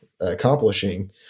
accomplishing